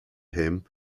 him